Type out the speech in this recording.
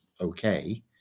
okay